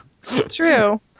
true